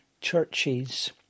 churches